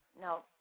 No